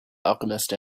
alchemist